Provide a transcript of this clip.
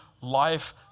life